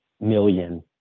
million